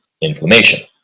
inflammation